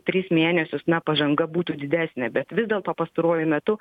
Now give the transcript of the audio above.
tris mėnesius na pažanga būtų didesnė bet vis dėlto pastaruoju metu